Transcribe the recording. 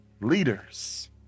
leaders